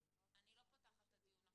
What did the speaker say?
אני לא מחזירה את הדיון לאחור,